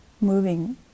moving